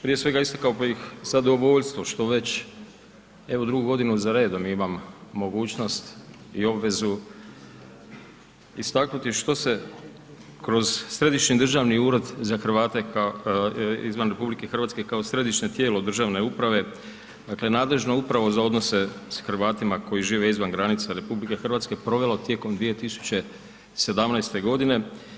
Prije svega istakao bih zadovoljstvo što već evo drugu godinu za redom imam mogućnost i obvezu istaknuti što se kroz Središnji državni ured za Hrvate izvan RH kao središnje tijelo državne uprave dakle nadležno upravo za odnose sa Hrvatima koji žive izvan granica RH provelo tijekom 2017. godine.